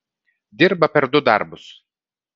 dirba per du darbus